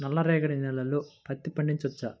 నల్ల రేగడి నేలలో పత్తి పండించవచ్చా?